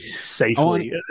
safely